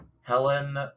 Helen